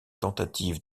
tentative